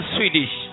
Swedish